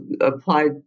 applied